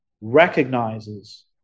recognizes